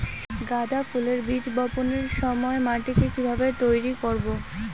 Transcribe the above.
গাদা ফুলের বীজ বপনের সময় মাটিকে কিভাবে তৈরি করব?